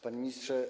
Panie Ministrze!